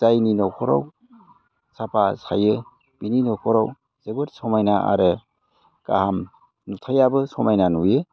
जायनि न'खराव साफा थायो बिनि न'खराव जोबोद समायना आरो गाहाम नुथायाबो समायना नुयो